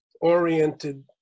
oriented